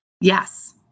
Yes